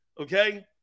okay